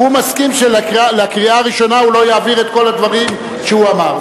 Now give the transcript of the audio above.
הוא מסכים שלקריאה הראשונה הוא לא יעביר את כל הדברים שהוא אמר.